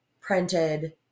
printed